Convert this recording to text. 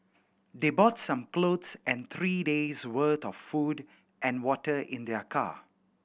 they brought some clothes and three days' worth of food and water in their car